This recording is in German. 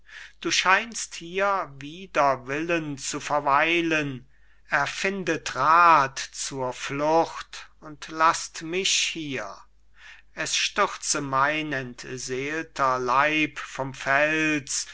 du scheinst hier wider willen zu verweilen erfindet rath zur flucht und laßt mich hier es stürze mein entseelter leib vom fels